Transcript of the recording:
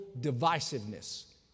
divisiveness